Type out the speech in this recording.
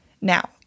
Now